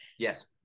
Yes